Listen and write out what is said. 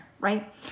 right